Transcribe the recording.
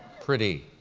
pretty.